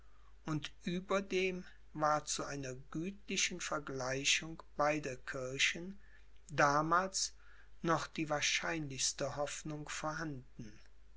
und überdem war zu einer gütlichen vergleichung beider kirchen damals noch die wahrscheinlichste hoffnung vorhanden